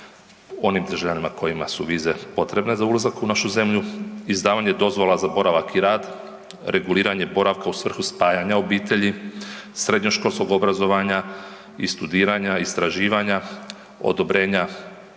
onim državljanima kojima su vize potrebne za ulazak u našu zemlju, izdavanje dozvola za boravak i rad, reguliranje boravka u svrhu spajanja obitelji, srednjoškolskog obrazovanja i studiranja, istraživanja, odobrenja